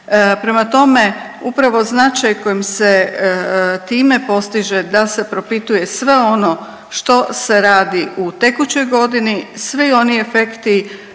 Prema tome, upravo značaj koji se time postiže da se propituje sve ono što se radi u tekućoj godini, svi oni efekti